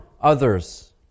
others